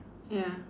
ya